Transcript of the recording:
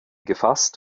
gefasst